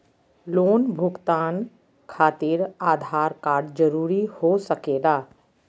Loan भुगतान खातिर Aadhaar card जरूरी हो सके ला?